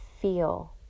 feel